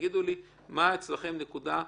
תגידו לי מה אצלכם נקודה קשה,